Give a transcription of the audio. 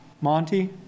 Monty